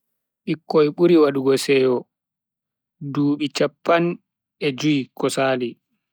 Bikkoi buri wadugo seyo dubi chappan e jui ko Sali.